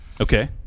Okay